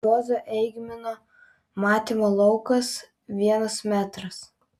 juozo eigmino matymo laukas vienas metras